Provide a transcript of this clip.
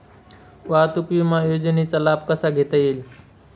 वाहतूक विमा योजनेचा लाभ कसा घेता येईल?